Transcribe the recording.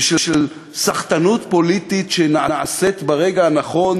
ושל סחטנות פוליטית שנעשית ברגע הנכון